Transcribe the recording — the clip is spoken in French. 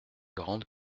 grandes